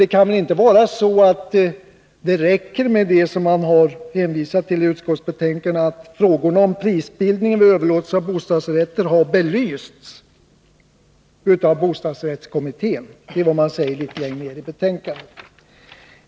Det kan väl inte räcka med den hänvisning som görs längre fram i betänkandet och där det heter: ”Frågorna om prisbildningen vid överlåtelse av bostadsrätter har belysts av bostadsrättskommittén.” Herr talman!